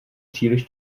příliš